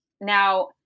Now